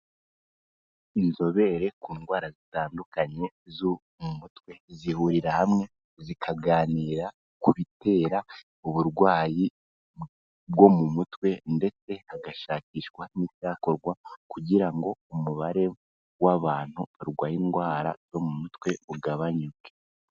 Inzobere ku ndwara zitandukanye zo mu mutwe zihurira hamwe zikaganira ku bitera uburwayi bwo mu mutwe ndetse hagashakishwa n'icyakorwa kugira ngo umubare w'abantu barwaye indwara zo mu mutwe ugabanyuke.